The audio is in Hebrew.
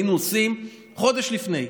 אם היינו עושים את זה חודש לפני,